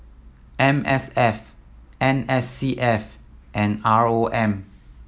M S F N S C S and R O M